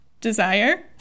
desire